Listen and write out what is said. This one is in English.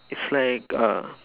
it's like uh